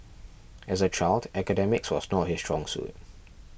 as a child academics was not his strong suit